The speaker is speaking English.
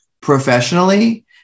professionally